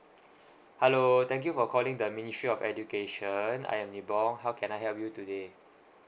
hello thank you for calling the ministry of education I am nibong how can I help you today